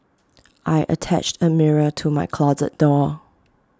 I attached A mirror to my closet door